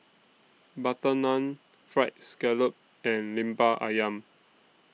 Butter Naan Fried Scallop and Lemper Ayam